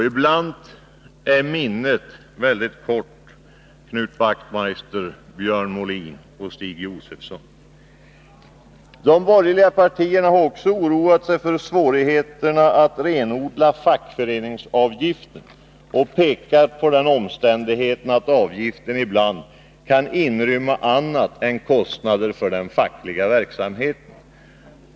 Ibland är minnet väldigt kort, Knut Wachtmeister, Björn Molin och Stig Josefson. De borgerliga partierna har också oroat sig för svårigheterna att renodla fackföreningsavgiften och pekat på den omständigheten att avgiften ibland kan inrymma annat än kostnader för den fackliga verksamheten.